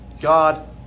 God